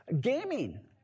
Gaming